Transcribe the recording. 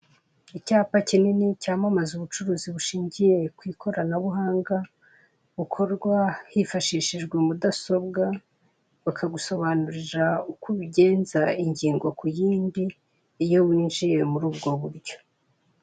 Icyapa kinini cyamamaza ubucuruzi bushingiye ku ikoranabuhanga, bukorwa hifashishijwe mudasobwa bakagusobanurira uko ubigenza ingingo ku yindi, iyo winjiye muri ubwo buryo.